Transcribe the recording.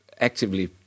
actively